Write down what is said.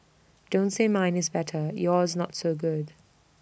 don't say mine is better yours not so good